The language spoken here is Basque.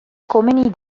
komeni